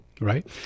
Right